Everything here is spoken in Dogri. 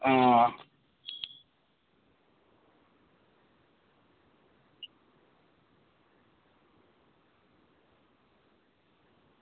आं